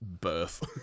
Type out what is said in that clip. birth